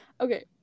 Okay